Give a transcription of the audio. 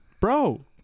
Bro